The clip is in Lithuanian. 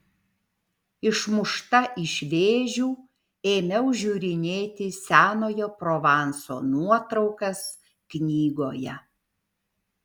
išmušta iš vėžių ėmiau žiūrinėti senojo provanso nuotraukas knygoje